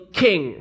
king